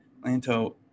Lanto